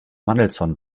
mandelson